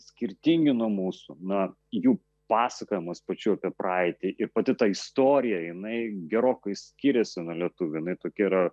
skirtingi nuo mūsų na jų pasakojimas pačių apie praeitį ir pati tą istoriją jinai gerokai skiriasi nuo lietuvių jinai tokia yra